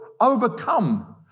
overcome